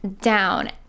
down